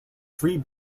three